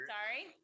Sorry